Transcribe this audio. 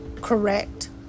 correct